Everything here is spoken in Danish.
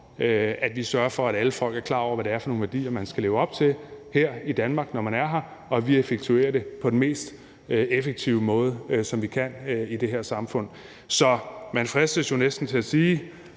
at vi sørger for, at alle folk er klar over, hvad det er for nogle værdier, man skal leve op til her i Danmark, når man er her, og at vi effektuerer det på den mest effektive måde, som vi kan i det her samfund. Så man fristes jo næsten til at sige: